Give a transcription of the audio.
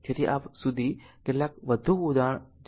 તેથી આ સુધી આ કેટલાક વધુ ઉદાહરણો છે જે પછીથી જોશે